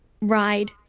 ride